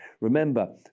Remember